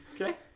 Okay